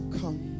come